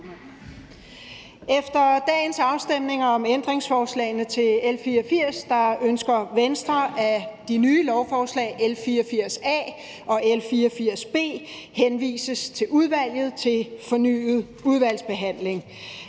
Efter dagens afstemninger om ændringsforslagene til L 84 ønsker Venstre, at de nye lovforslag, L 84 A og L 84 B, henvises til udvalget til fornyet udvalgsbehandling.